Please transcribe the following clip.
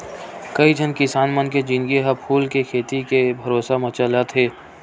कइझन किसान मन के जिनगी ह फूल के खेती के भरोसा म चलत हे